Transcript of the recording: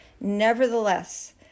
Nevertheless